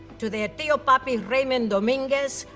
to their tio papi raymond dominguez,